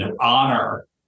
honor